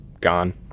gone